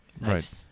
Right